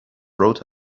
رود